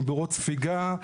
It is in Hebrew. מבורות ספיגה,